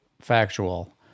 factual